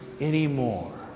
anymore